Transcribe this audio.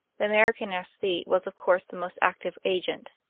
the american aesthete was of course the most active agent,